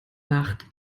nacht